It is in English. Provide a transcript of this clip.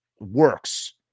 works